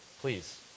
Please